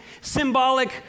symbolic